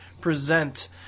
present